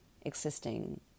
existing